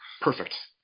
perfect